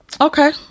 Okay